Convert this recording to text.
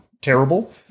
terrible